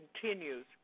continues